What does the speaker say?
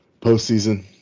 postseason